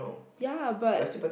ya but